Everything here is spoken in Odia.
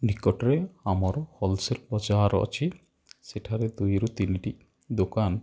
ନିକଟରେ ଆମର ହୋଲସେଲ୍ ବଜାର ଅଛି ସେଠାରେ ଦୁଇରୁ ତିନିଟି ଦୋକାନ